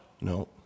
No